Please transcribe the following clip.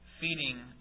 feeding